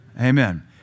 Amen